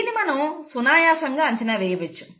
దీన్ని మనం సునాయాసంగా అంచనా వేయవచ్చు